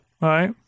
Right